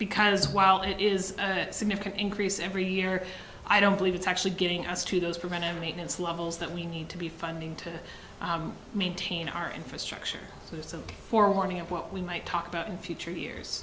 because while it is a significant increase every year i don't believe it's actually getting us to those preventive maintenance levels that we need to be funding to maintain our infrastructure so it's a warning of what we might talk about in future years